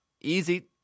Easy